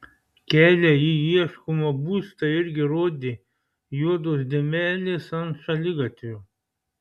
kelią į ieškomą būstą irgi rodė juodos dėmelės ant šaligatvio